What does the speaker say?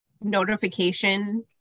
notification